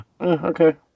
Okay